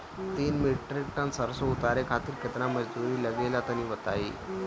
तीन metric tonne सरसो उतारे खातिर केतना मजदूरी लगे ला तनि बताई?